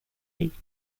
weeks